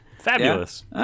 Fabulous